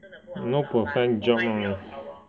no perfect job lah